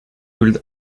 would